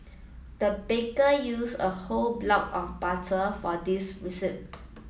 the baker use a whole block of butter for this recipe